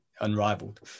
Unrivaled